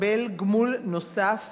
יקבל גמול נוסף